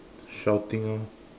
shouting ah